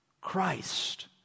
Christ